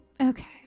Okay